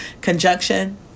conjunction